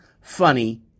funny